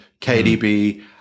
KDB